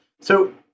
So-